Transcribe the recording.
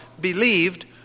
believed